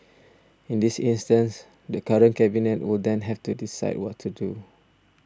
in this instance the current Cabinet would then have to decide what to do